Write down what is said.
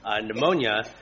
pneumonia